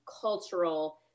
cultural